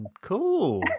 cool